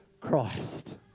Christ